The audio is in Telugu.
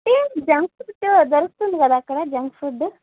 అంటే జంక్ ఫుడ్ దొరుకుతుంది కదా అక్కడ జంక్ ఫుడ్